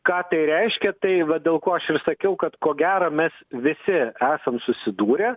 ką tai reiškia tai va dėl ko aš ir sakiau kad ko gero mes visi esam susidūrę